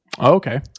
Okay